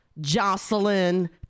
Jocelyn